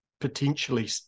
potentially